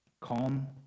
calm